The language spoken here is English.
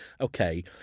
okay